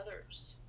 others